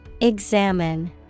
Examine